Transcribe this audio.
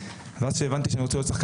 מה שאנחנו מדברים עליו כל הזמן.